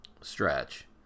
stretch